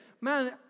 Man